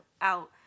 out